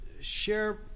share